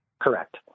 Correct